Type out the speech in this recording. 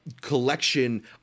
collection